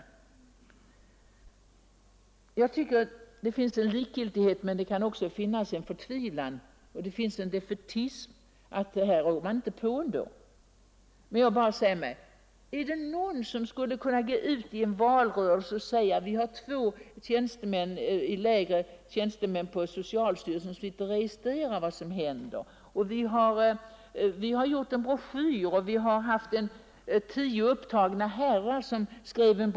Det ser ut att finnas en stor likgiltighet här, men det kan också vara förtvivlan, en defaitism inför känslan att man ändå inte rår på allt detta. Men jag undrar: Är det någon som skulle vilja gå ut i en valrörelse och säga t.ex.: Vi har två lägre tjänstemän på socialstyrelsen som skall registrera vad som händer. Vi har utgivit en broschyr, som tio mycket upptagna herrar har skrivit.